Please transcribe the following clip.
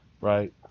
right